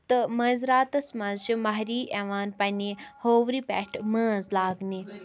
تہٕ مٲنٛزِ راتَس منٛز چھِ مہریٚنۍ یِوان پَنٛنہِ ہوورِ پٮ۪ٹھٕ مٲنٛز لاگٕنہِ